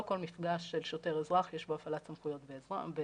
לא כל מפגש של שוטר-אזרח יש בו הפעלת סמכויות בהכרח.